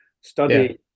study